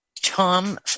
Tom